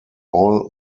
all